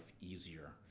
easier